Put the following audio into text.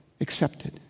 accepted